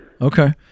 Okay